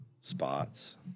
spots